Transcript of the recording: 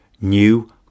New